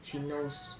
she knows